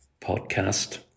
podcast